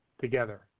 together